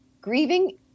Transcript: grieving